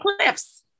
cliffs